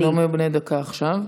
אלה נאומים בני דקה עכשיו.